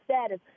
status